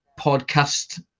podcast